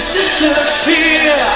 disappear